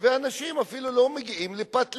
ואנשים אפילו לא מגיעים לפת לחם?